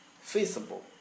feasible